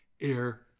air